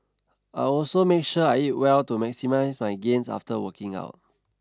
I also make sure I eat well to maximise my gains after working out